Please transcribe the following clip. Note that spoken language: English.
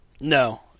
No